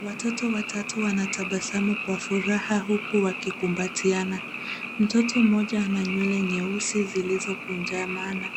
Watoto watatu wanatabasamu kwa furaha uku wakikumbatiana. Mtoto mmoja ana nywele nyeusi zilizokunjamana,